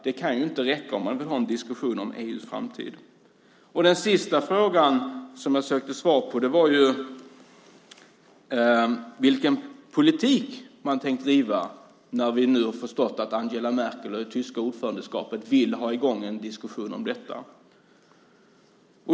Det kan ju inte räcka om man vill ha en diskussion om EU:s framtid. Den sista frågan som jag sökte svar på var vilken politik man tänker driva när vi nu har förstått att Angela Merkel och det tyska ordförandeskapet vill ha i gång en diskussion om detta.